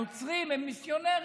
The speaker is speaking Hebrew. הנוצרים הם מיסיונרים,